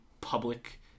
public